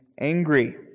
angry